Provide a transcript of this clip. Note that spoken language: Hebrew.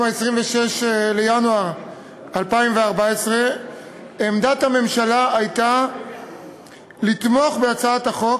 26 בינואר 2014. עמדת הממשלה הייתה לתמוך בהצעת החוק,